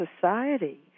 society